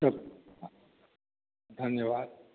धन्यवाद